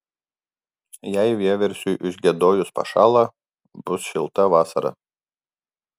jei vieversiui užgiedojus pašąla bus šilta vasara